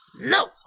No